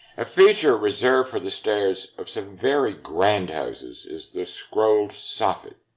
a feature reserved for the stairs of some very grand houses is the scrolled soffit.